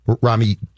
Rami